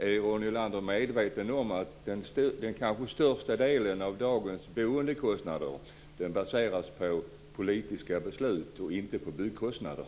Är Ronny Olander medveten om att den kanske största delen av dagens boendekostnader baseras på politiska beslut och inte på byggkostnader?